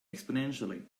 exponentially